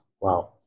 Wow